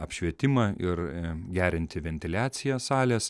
apšvietimą ir gerinti ventiliaciją salės